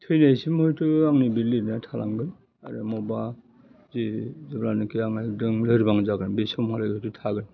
थैनायसिम हयथ' आंनि बे लिरनाया थालांगोन आरो मबबा जि जेब्लानाखि आङो एकदम लोरबां जागोन बे समाव आरो थागोन